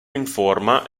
informa